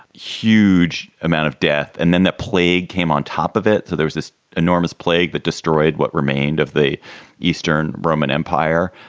huge amount of death. and then the plague came on top of it. so there was this enormous plague that destroyed what remained of the eastern roman empire.